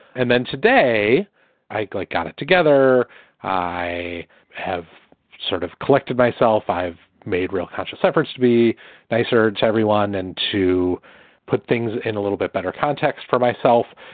and then today i like got it together i have sort of collected myself. i've made real conscious efforts to be nicer to everyone and to put things in a little bit better context for myself.